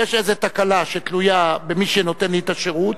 ויש איזה תקלה שתלויה במי שנותן לי את השירות,